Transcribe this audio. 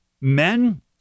Men